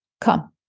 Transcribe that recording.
Come